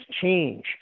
change